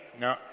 no